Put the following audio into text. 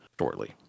shortly